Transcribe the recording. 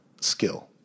skill